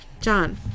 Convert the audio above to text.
John